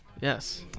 Yes